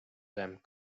rmk